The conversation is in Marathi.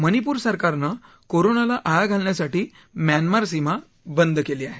मणिपूर सरकारनं कोरोनाला आळा घालण्यासाठी म्यानमार सीमा बंद केली आहे